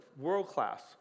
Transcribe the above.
World-class